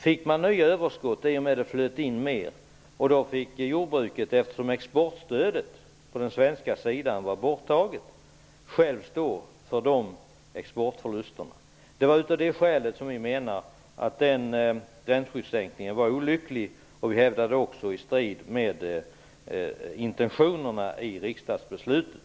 Man fick nya överskott i och med att det flöt in mer, och jordbruket fick självt stå för de exportförlusterna, eftersom exportstödet på den svenska sidan var borttaget. Det var av det skälet som vi menade att den gränsskyddssänkningen var olycklig och -- hävdade vi också -- stod i strid med intentionerna i riksdagsbeslutet.